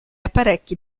apparecchi